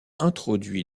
introduit